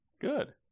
Good